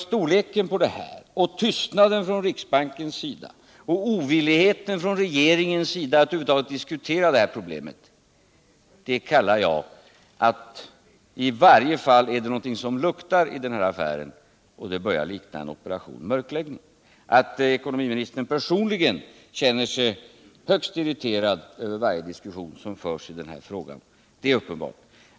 Storleken på den här affären, tystnaden från riksbankens sida och regeringens ovilja att över huvud taget diskutera detta problem gör att jag tycker att det luktar om den här affären och att det börjar likna operation mörkläggning. Att cekonomiministern personligen känner sig högst irriterad över varje diskussion i den här frågan är uppenbart.